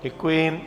Děkuji.